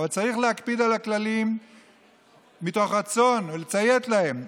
אבל צריך להקפיד על הכללים מתוך רצון ולציית להם.